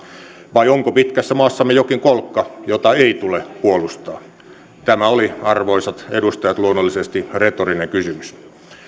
vai onko pitkässä maassamme jokin kolkka jota ei tule puolustaa tämä oli arvoisat edustajat luonnollisesti retorinen kysymys